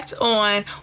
on